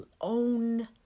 Own